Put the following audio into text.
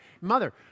Mother